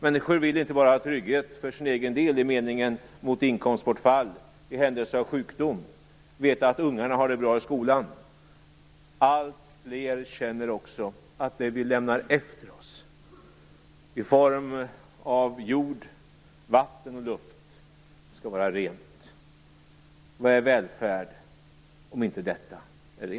Människor vill inte bara ha trygghet för sin egen del i form av trygghet mot inkomstbortfall i händelse av sjukdom och att veta att ungarna har det bra i skolan. Allt fler känner också att det vi lämnar efter oss i form av jord, vatten och luft skall vara rent. Vad är välfärd om inte detta är rent?